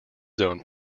zone